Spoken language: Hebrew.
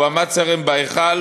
הועמד צלם בהיכל